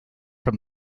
from